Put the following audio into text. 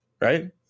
right